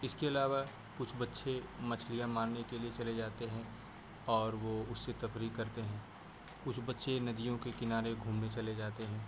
اس کے علاوہ کچھ بچے مچھلیاں مارنے کے لیے چلے جاتے ہیں اور وہ اس سے تفریح کرتے ہیں کچھ بچے ندیوں کے کنارے گھومنے چلے جاتے ہیں